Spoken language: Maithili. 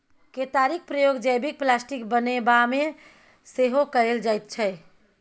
केतारीक प्रयोग जैबिक प्लास्टिक बनेबामे सेहो कएल जाइत छै